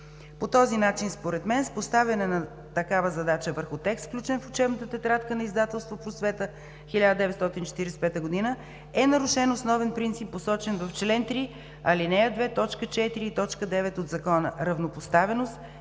По този начин според мен с поставяне на такава задача върху текст, включен в учебната тетрадка на издателство „Просвета“ – 1945 г., е нарушен основен принцип, посочен в чл. 3, ал. 2, т. 4 и т. 9 от Закона – „равнопоставеност